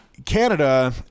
Canada